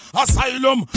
asylum